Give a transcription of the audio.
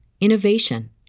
innovation